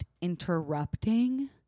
interrupting